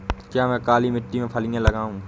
क्या मैं काली मिट्टी में फलियां लगाऊँ?